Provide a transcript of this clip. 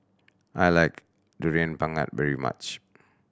I like Durian Pengat very much